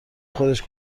خودش